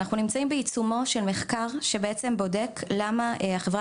אנחנו נמצאים בעיצומו של מחקר שבודק למה החברה